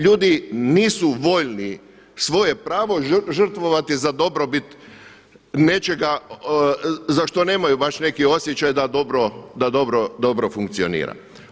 Ljudi nisu voljni svoje pravo žrtvovati za dobrobit nečega za što nemaju baš neki osjećaj da dobro funkcionira.